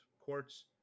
courts